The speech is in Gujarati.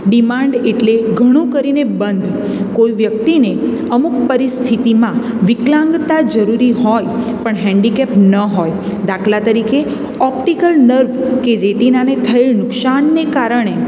ડિમાન્ડ એટલે ઘણું કરીને બંધ કોઈ વ્યક્તિને અમુક પરિસ્થિતિમાં વિકલાંગતા જરૂરી હોય પણ હેન્ડીકેપ ન હોય દાખલા તરીકે ઓપ્ટિકલ નર્વ કે રેટિનાને થયેલ નુકસાનને કારણે